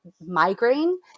migraine